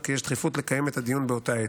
כי יש דחיפות לקיים את הדיון באותה עת.